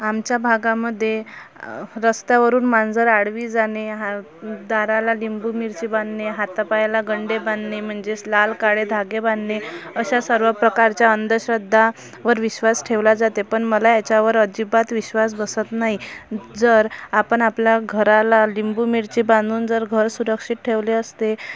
आमच्या भागामध्ये रस्त्यावरून मांजर आडवी जाणे हा दाराला लिंबू मिरची बांधणे हातापायाला गंडे बांधणे म्हणजेच लाल काळे धागे बांधणे अशा सर्व प्रकारच्या अंधश्रद्धांवर विश्वास ठेवला जाते पण मला याच्यावर अजिबात विश्वास बसत नाही जर आपण आपल्या घराला लिंबू मिरची बांधून जर घर सुरक्षित ठेवले असते